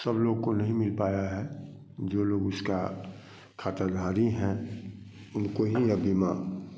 सब लोग को नहीं मिल पाया है जो लोग उसका खाताधारी है उनको ही यह बीमा